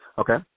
Okay